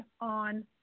on